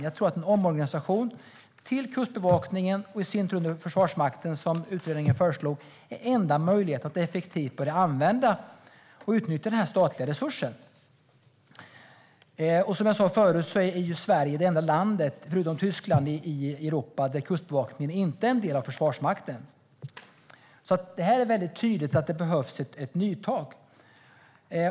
Jag tror att en omorganisation till kustbevakningen och i sin tur under Försvarsmakten, som utredningen föreslog, är enda möjligheten att effektivt börja använda och utnyttja den här statliga resursen. Som jag sa förut är Sverige enda landet i Europa förutom Tyskland där kustbevakningen inte är en del av Försvarsmakten. Det är mycket tydligt att det behövs ett nytag.